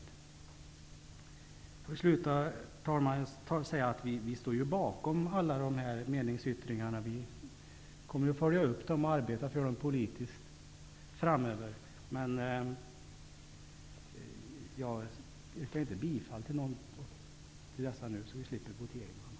Jag vill sluta, herr talman, med att säga att vi står bakom alla meningsyttringarna. Vi kommer att följa upp dem och arbeta för dem politiskt framöver, men jag yrkar inte bifall till någon av dem nu för att vi skall slippa voteringen.